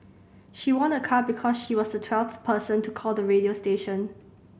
she won a car because she was the twelfth person to call the radio station